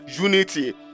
unity